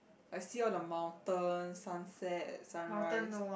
I see all the mountain sunset sunrise